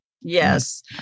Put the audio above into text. Yes